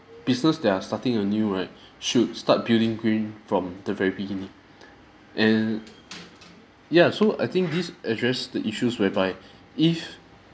business that are starting anew right should start building green from the very beginning and yeah so I think this address the issues whereby if